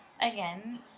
again